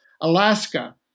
Alaska